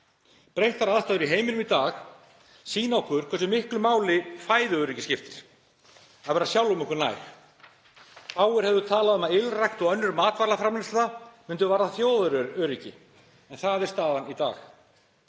Breyttar aðstæður í heiminum í dag sýna okkur hversu miklu máli fæðuöryggi skiptir, að vera sjálfum okkur næg. Fáir hefðu talað um að ylrækt og önnur matvælaframleiðsla myndu varða þjóðaröryggi en það er staðan í dag.